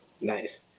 Nice